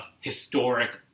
historic